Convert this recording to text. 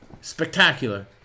Spectacular